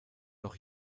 noch